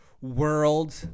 world